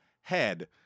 head